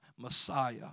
Messiah